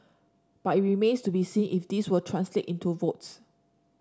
but it remains to be seen if this will translate into votes